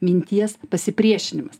minties pasipriešinimas